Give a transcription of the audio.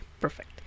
perfect